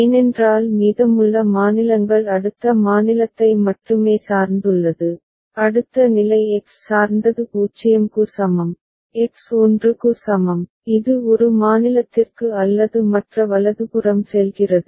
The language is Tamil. ஏனென்றால் மீதமுள்ள மாநிலங்கள் அடுத்த மாநிலத்தை மட்டுமே சார்ந்துள்ளது அடுத்த நிலை எக்ஸ் சார்ந்தது 0 க்கு சமம் எக்ஸ் 1 க்கு சமம் இது ஒரு மாநிலத்திற்கு அல்லது மற்ற வலதுபுறம் செல்கிறது